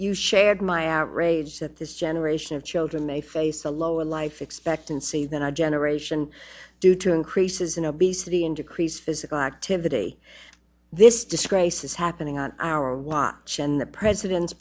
you shared my outrage that this generation of children may face a lower life expectancy than our generation due to increases in obesity and decreased physical activity this disgrace is happening on our watch and the president's